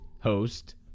host